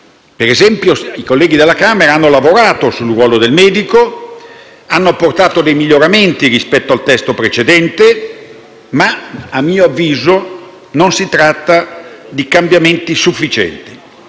Ad esempio, i colleghi della Camera hanno lavorato sul ruolo del medico, hanno apportato miglioramenti rispetto al testo precedente, ma, a mio avviso, non si tratta di cambiamenti sufficienti.